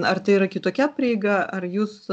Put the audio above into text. ar tai yra kitokia prieiga ar jūs